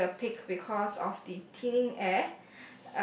reach the peak because of the thin air